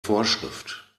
vorschrift